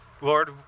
Lord